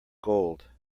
gold